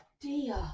Dear